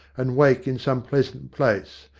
and wake in some pleasant place,